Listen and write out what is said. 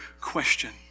question